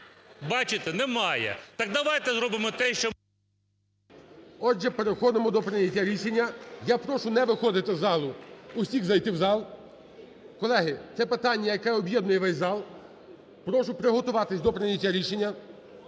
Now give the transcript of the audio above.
Бачите, немає. Так давайте зробимо те, що… ГОЛОВУЮЧИЙ. Отже, переходимо до прийняття рішення. Я прошу не виходити з залу, усіх зайти в зал. Колеги, це питання, яке об'єднує весь зал. Прошу приготуватись до прийняття рішення.